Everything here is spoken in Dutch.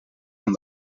van